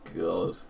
God